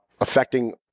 affecting